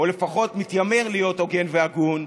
או לפחות מתיימר להיות הוגן והגון,